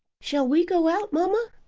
shall we go out, mamma?